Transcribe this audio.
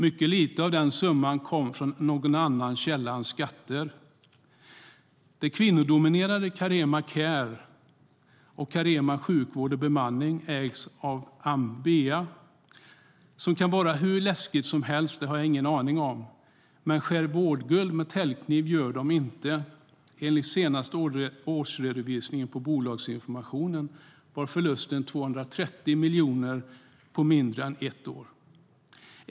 Mycket litet av den summan kom från någon annan källa än skatter. - De kvinnodominerade Carema Care och Carema sjukvård och bemanning ägs av Ambea AB som kan vara hur läskigt som helst, det har jag ingen aning om. Men skär vårdguld med täljkniv gör de inte. Enligt senaste årsredovisningen på Bolagsinfo var förlusten 230 miljoner på mindre än ett år.